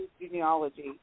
genealogy